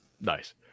Nice